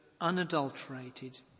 unadulterated